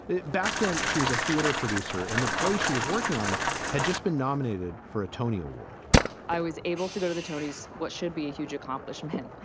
back then, she was a theater producer and the place she was working on had just been nominated for a tony award i was able to go to the tonys. what should be a huge accomplishment?